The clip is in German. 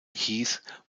heath